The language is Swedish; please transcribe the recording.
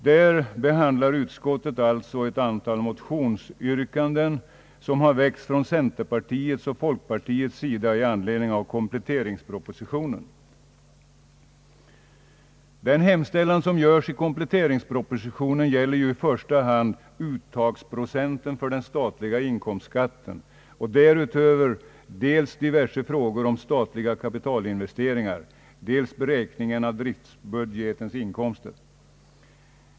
Där behandlar utskottet ett antal motioner som har väckts från centerpartiet och folkpartiet i anledning av kompletteringspropositionen. Den hemställan som görs i kompletteringspropositionen gäller i första hand uttagsprocenten för den statliga inkomstskatten och därutöver dels diverse frågor om statliga kapitalinvesteringar, dels beräkningen av driftbudgetens inkomster.